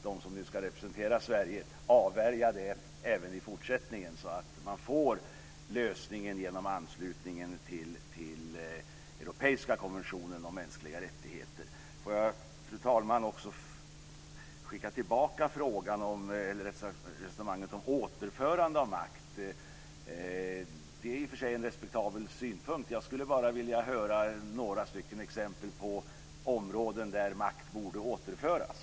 De som ska representera Sverige får försöka avvärja det även i fortsättningen, så att man löser problemet genom anslutning till europeiska konventionen om mänskliga rättigheter. Fru talman! Jag vill skicka tillbaka resonemanget om återförande av makt. Det är i och för sig en respektabel synpunkt. Jag skulle bara vilja höra några exempel på områden dit makt borde återföras.